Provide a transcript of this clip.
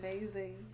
amazing